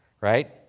right